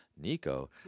Nico